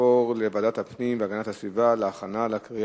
לוועדת הפנים והגנת הסביבה נתקבלה.